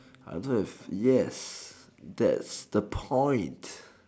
answer is yes that's the point